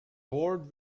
award